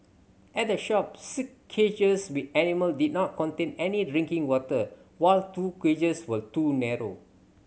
at the shop six cages with animal did not contain any drinking water while two cages were too narrow